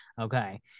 Okay